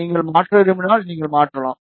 நீங்கள் மாற்ற விரும்பினால் நீங்கள் மாற்றலாம்